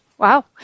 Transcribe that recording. Wow